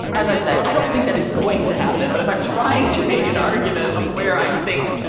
as i've said, i don't think that is going to happen. but if i'm trying to make an argument of where i think,